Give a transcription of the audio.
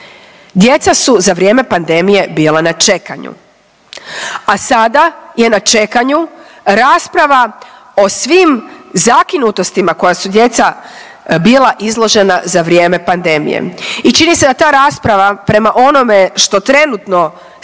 Djeca su za vrijeme pandemije bila na čekanju, a sada je na čekanju rasprava o svim zakinutostima koja su djeca bila izložena za vrijeme pandemije i čini se da ta rasprava prema onome što trenutno stiže